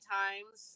times